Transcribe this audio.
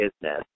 business